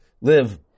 live